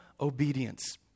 obedience